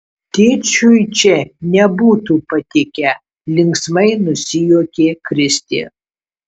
tėčiui čia nebūtų patikę linksmai nusijuokė kristė